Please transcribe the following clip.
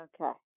Okay